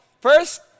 first